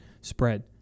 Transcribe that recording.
spread